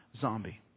zombie